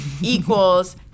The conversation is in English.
equals